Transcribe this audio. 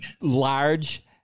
large